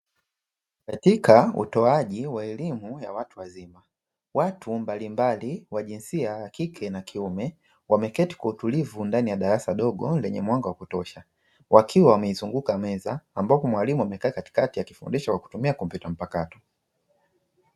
Katika utoaji wa elimu ya watu wazima, watu mbalimbali wa jinsia ya kike na kiume wameketi kwa utulivu ndani ya darasa dogo lenye mwanga wa kutosha, wakiwa wameizunguka meza, ambapo mwalimu amekaa Katikati akifundisha kwa kutumia tarakirishi mpakato.